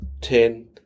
ten